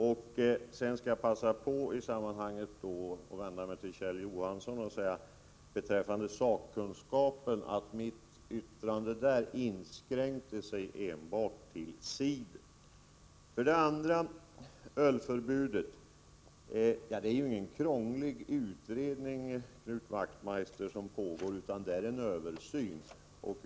Till Kjell Johansson vill jag säga att mitt uttalande att jag inte hade samma sakkunskap som han enbart inskränkte sig till frågan om cider. Beträffande ölförbudet, Knut Wachtmeister, är det ingen krånglig utredning som pågår, utan det handlar om en översyn.